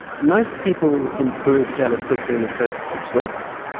most people improve fairly quickly in the first six weeks,